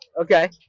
Okay